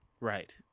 Right